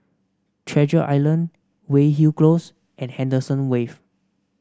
Treasure Island Weyhill Close and Henderson Wave